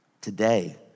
today